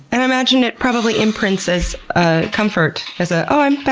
and i imagine it probably imprints as ah comfort, as a, oh i'm back